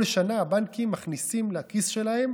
כל שנה, הבנקים מכניסים לכיס שלהם